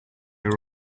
were